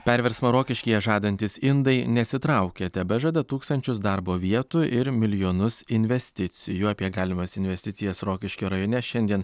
perversmą rokiškyje žadantys indai nesitraukia tebežada tūkstančius darbo vietų ir milijonus investicijų apie galimas investicijas rokiškio rajone šiandien